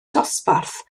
dosbarth